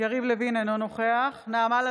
ותשאלו את עצמכם אם הייתם